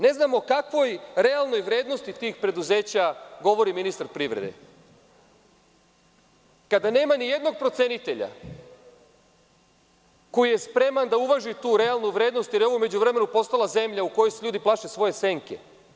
Ne znam o kakvoj realnoj vrednosti tih preduzeća govori ministar privrede, kada nema nijednog procenitelja koji je spreman da uvaži tu realnu vrednost, jer je ovo u međuvremenu postala zemlja u kojoj se ljudi plaše svoje senke.